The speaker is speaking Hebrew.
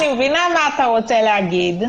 אני מבינה מה אתה רוצה להגיד,